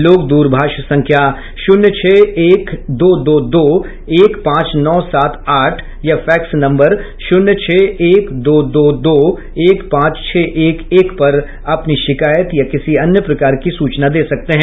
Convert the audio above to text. लोग दूरभाष संख्या शून्य छह एक दो दो दो दो एक पांच नौ सात आठ या फैक्स नम्बर शून्य छह एक दो दो दो दो एक पांच छह एक एक पर अपनी शिकायत या किसी अन्य प्रकार की सूचना दे सकते हैं